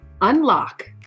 unlock